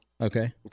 Okay